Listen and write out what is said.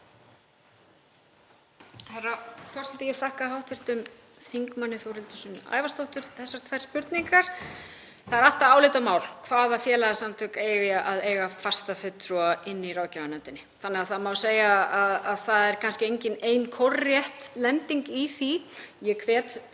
Það er alltaf álitamál hvaða félagasamtök eigi að eiga fasta fulltrúa inni í ráðgjafarnefndinni þannig að það má segja að það sé kannski engin ein kórrétt lending í því. Ég hvet